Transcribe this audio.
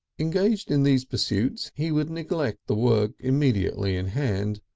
engaged in these pursuits he would neglect the work immediately in hand,